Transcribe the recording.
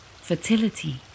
Fertility